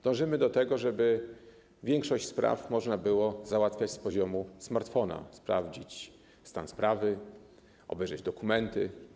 Dążymy do tego, żeby większość spraw można było załatwiać z poziomu smartfona: sprawdzić stan sprawy, obejrzeć dokumenty.